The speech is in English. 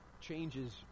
changes